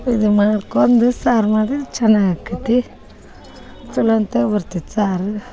ಇದು ಮಾಡ್ಕೊಂದು ಸಾರು ಮಾಡಿದ್ರ ಚಲೋ ಆಕತಿ ಚಲೋ ಒಂತಾಗ ಬರ್ತೈತ್ ಸಾರು